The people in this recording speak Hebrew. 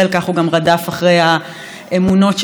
ככה הוא גם רדף אחרי האמונות שלו,